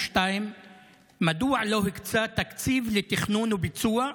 2. מדוע לא הוקצה תקציב לתכנון וביצוע?